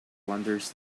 wanders